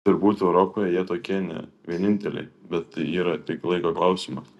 turbūt europoje jie tokie ne vieninteliai bet tai yra tik laiko klausimas